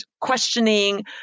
questioning